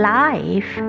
life